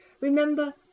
Remember